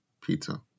pizza